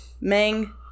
Meng